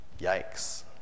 Yikes